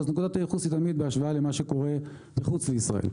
אז נקודת הייחוס היא תמיד למה שקורה מחוץ לישראל.